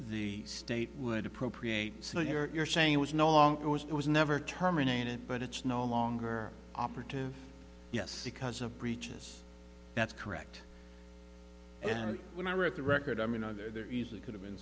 the state would appropriate so you're saying it was no longer was it was never terminated but it's no longer operative yes because of breaches that's correct and i remember at the record i mean no there easily could have been